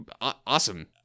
awesome